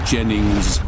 Jennings